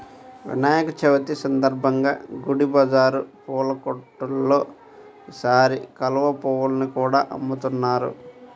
వినాయక చవితి సందర్భంగా గుడి బజారు పూల కొట్టుల్లో ఈసారి కలువ పువ్వుల్ని కూడా అమ్ముతున్నారు